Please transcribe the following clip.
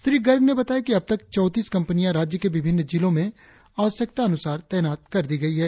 श्री गर्ग ने बताया कि अब तक चौतीस कंपनियां राज्य के विभिन्न जिलों में आवश्यकता अनुसार तैनात कर दी गई है